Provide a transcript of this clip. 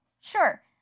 sure